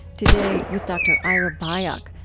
today, with dr. ira byock.